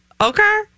Okay